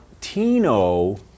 Tino